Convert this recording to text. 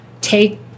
take